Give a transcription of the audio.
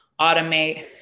automate